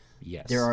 Yes